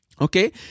okay